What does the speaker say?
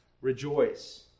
rejoice